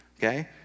Okay